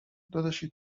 داداشی